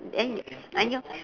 and and your